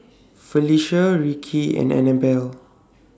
Felecia Rickie and Anabelle